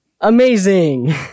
amazing